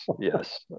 yes